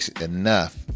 enough